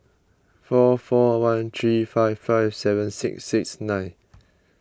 four four one three five five seven six six nine